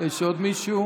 יש עוד מישהו?